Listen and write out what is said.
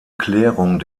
klärung